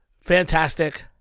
fantastic